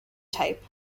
type